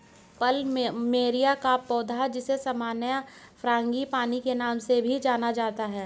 plumeria का पौधा, जिसे सामान्य नाम फ्रांगीपानी के नाम से भी जाना जाता है